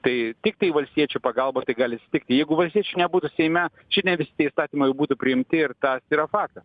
tai tiktai valstiečių pagalba tai gali atsitikti jeigu valstiečių nebūtų seime šiandie visi tie įstatymai jau būtų priimti ir tas yra faktas